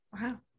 Wow